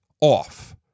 off